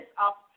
up